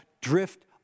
drift